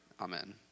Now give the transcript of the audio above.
Amen